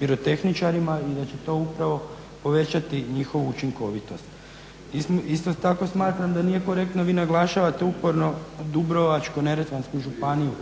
pirotehničarima i da će to upravo povećati njihovu učinkovitost. Isto tako smatram da nije korektno, vi naglašavate uporno Dubrovačko-neretvansku županiju.